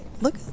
look